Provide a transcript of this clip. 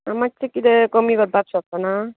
आनी मात्शें कितें कमी जावपाक शकना